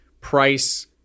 price